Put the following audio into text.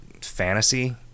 fantasy